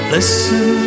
Listen